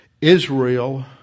Israel